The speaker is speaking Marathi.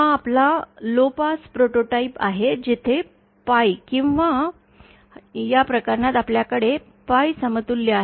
हा आपला लो पास प्रोटोटाइप आहे जेथे Pi किंवाया प्रकरणात आपल्याकडे Pi समतुल्य आहे